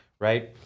right